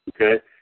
Okay